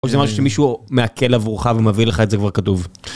או שזה משהו שמישהו מעכל עבורך ומביא לך את זה כבר כתוב.